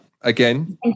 again